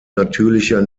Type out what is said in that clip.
natürlicher